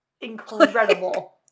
Incredible